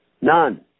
None